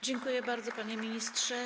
Dziękuję bardzo, panie ministrze.